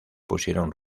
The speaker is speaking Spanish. pusieron